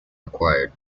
required